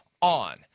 on